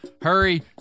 Hurry